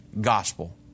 gospel